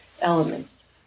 elements